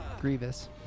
Grievous